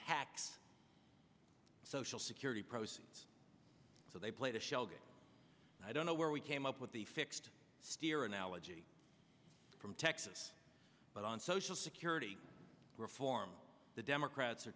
tax social security proceeds so they played a shell game i don't know where we came up with the fixed steer analogy from texas but on social security reform the democrats are